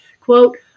quote